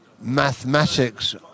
mathematics